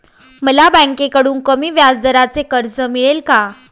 मला बँकेकडून कमी व्याजदराचे कर्ज मिळेल का?